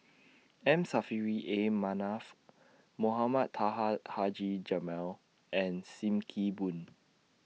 M Saffri A Manaf Mohamed Taha Haji Jamil and SIM Kee Boon